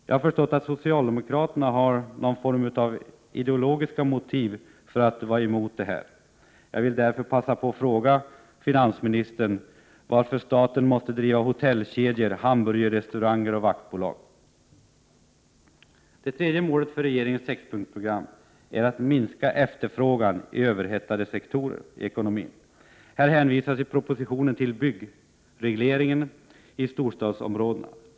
Jag har förstått att socialdemokraterna har någon form av ideologiska motiv för att vara emot detta. Jag vill därför passa på att fråga finansministern varför staten måste driva hotellkedjor, hamburgerrestauranger, vaktbolag m.m. Det tredje målet för regeringens sex-punktsprogram är att minska efterfrågan i överhettade sektorer i ekonomin. Här hänvisas i propositionen till byggregleringen i storstadsområdena.